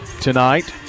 tonight